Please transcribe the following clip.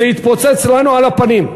זה יתפוצץ לנו על הפנים.